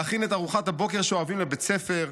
להכין את ארוחת הבוקר שאוהבים לבית ספר,